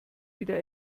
wieder